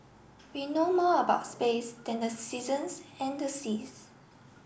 we know more about space than the seasons and the seas